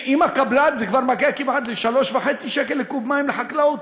עם הקבלן זה מגיע כמעט ל-3.5 שקלים לקוב מים לחקלאות.